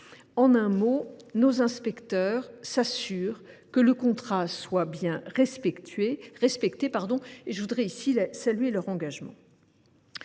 En un mot, nos inspecteurs s’assurent que le contrat soit bien respecté, et je tiens d’ailleurs à saluer ici leur engagement.